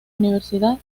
universidad